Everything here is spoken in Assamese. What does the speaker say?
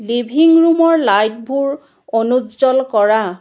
লিভিং ৰুমৰ লাইটবোৰ অনুজ্জ্বল কৰা